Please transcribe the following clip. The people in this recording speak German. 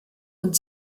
und